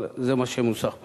אבל זה מה שמנוסח פה.